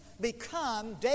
become